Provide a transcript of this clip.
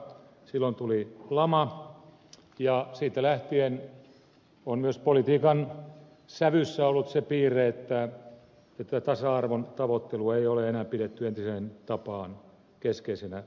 silloin tuli lama ja siitä lähtien on myös politiikan sävyssä ollut se piirre että tasa arvon tavoittelua ei ole enää pidetty entiseen tapaan keskeisenä lähtökohtana